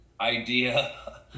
idea